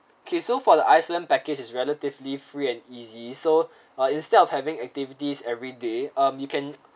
okay so for the iceland package is relatively free and easy so uh instead of having activities every day um you can